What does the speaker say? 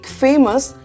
famous